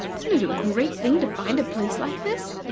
isn't it a great thing to find a place like this?